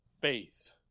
faith